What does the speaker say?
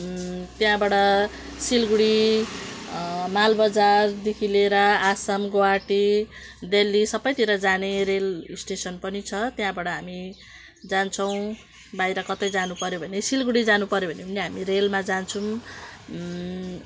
त्यहाँबाट सिलगढी मालबजारदेखि लिएर आसाम गुवाहाटी दिल्ली सबैतिर जाने रेल स्टेसन पनि छ त्यहाँबाट हामी जान्छौँ बाहिर कतै जानुपर्यो भने सिलगढी जानुपर्यो भने पनि हामी रेलमा जान्छौँ